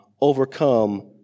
overcome